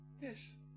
Yes